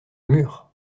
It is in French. mur